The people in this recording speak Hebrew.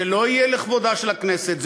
זה לא יהיה לכבודה של הכנסת,